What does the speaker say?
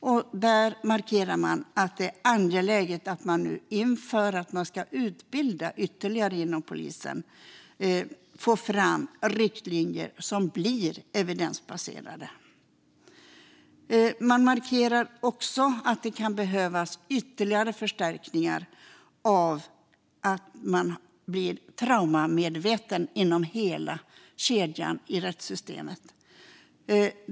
Man markerar att det inför att det ska utbildas ytterligare inom polisen är angeläget att få fram evidensbaserade riktlinjer. Man markerar också att det kan behövas ytterligare förstärkningar för att hela kedjan i rättssystemet ska bli traumamedveten.